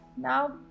Now